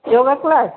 yoga class